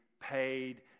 paid